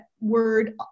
word